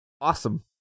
awesome